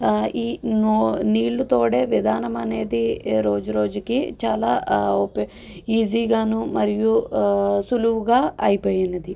ఇ నీళ్ళుతోడే విధానం అనేది రోజు రోజుకి చాలా ఉప ఈజీగాను మరియు సులువుగా అయిపోయినది